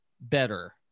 better